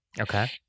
Okay